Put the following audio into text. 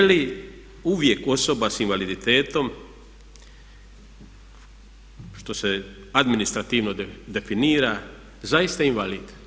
Je li uvijek osoba s invaliditetom što se administrativno definira zaista invalid?